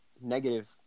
negative